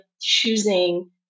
choosing